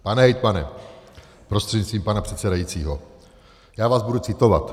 Pane hejtmane prostřednictvím pana předsedajícího, já vás budu citovat.